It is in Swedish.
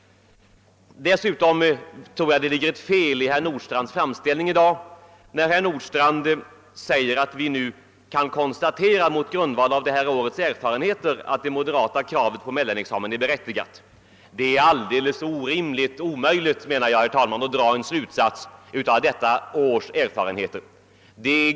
Dessutom tror jag att det finns ett fel i herr Nordstrandhs framställning här i dag. Han säger att vi nu kan konstatera mot bakgrund av detta års erfarenheter att moderata samlingspartiets krav på mellanexamen är berättigat. Det är helt omöjligt att dra en slutsats av detta års erfarenheter.